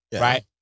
Right